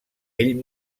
ell